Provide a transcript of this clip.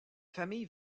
famille